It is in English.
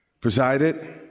presided